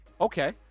Okay